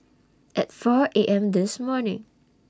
At four A M This morning